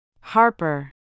Harper